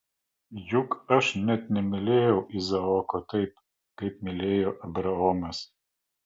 juk aš net nemylėjau izaoko taip kaip mylėjo abraomas